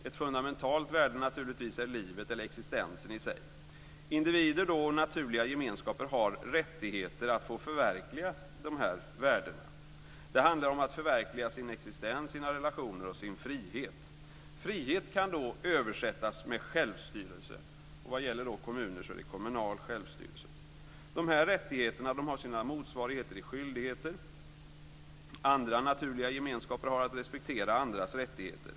Ett fundamentalt värde är naturligtvis livet eller existensen i sig. Det är individers och naturliga gemenskapers rättighet att få förverkliga de här värdena. Det handlar om att förverkliga sin existens, sina relationer och sin frihet. Frihet kan översättas med självstyrelse. Vad gäller kommuner är det kommunal självstyrelse. De här rättigheterna har sina motsvarigheter i skyldigheter. Andra naturliga gemenskaper har att respektera andras rättigheter.